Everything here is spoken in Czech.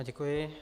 Děkuji.